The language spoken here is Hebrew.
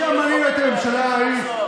אתם האחרונים שיכולים להטיף מוסר,